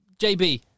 JB